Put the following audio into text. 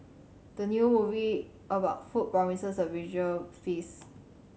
the new movie about food promises a visual feast